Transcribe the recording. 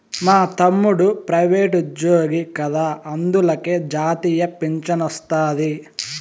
మా తమ్ముడు ప్రైవేటుజ్జోగి కదా అందులకే జాతీయ పింఛనొస్తాది